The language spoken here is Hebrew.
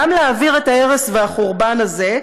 גם להעביר את ההרס והחורבן הזה,